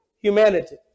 humanity